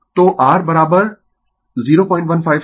तो r 0157 Ω